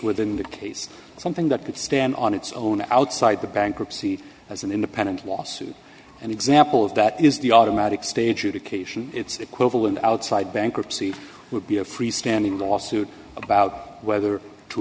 within that case something that could stand on its own outside the bankruptcy as an independent lawsuit an example of that is the automatic stage occasion its equivalent outside bankruptcy would be a freestanding lawsuit about whether to